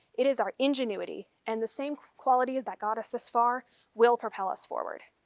it is our ingenuity and the same qualities that got us this far will propel us forward.